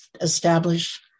establish